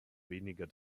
weniger